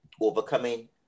overcoming